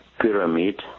pyramid